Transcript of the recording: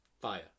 Fire